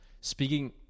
Speaking